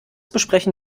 besprechen